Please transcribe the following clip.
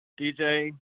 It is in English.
DJ